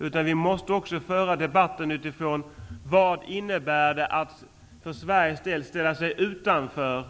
Men vi skall också föra debatten utifrån frågan vad det innebär för Sveriges del att ställa sig utanför